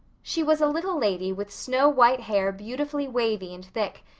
she was a little lady with snow-white hair beautifully wavy and thick,